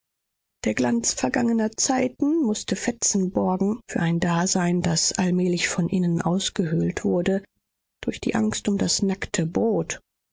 der glanz vergangener zeiten mußte fetzen borgen für ein dasein das allmählich von innen ausgehöhlt wurde durch die angst um das nackte brot